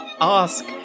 Ask